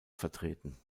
vertreten